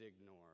ignore